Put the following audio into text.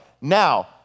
Now